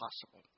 possible